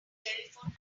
telephone